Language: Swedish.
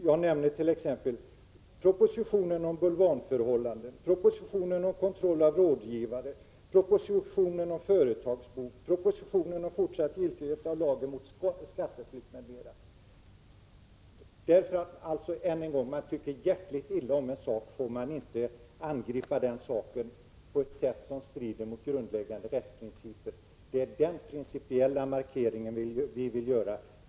Jag kan t.ex. nämna 35 Än en gång: Bara för att man tycker hjärtligt illa om en sak får man inte angripa saken på ett sätt som strider mot grundläggande rättsprinciper. Det är den principiella markering vi vill göra.